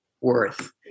worth